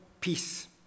Peace